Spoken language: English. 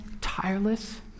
tireless